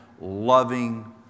loving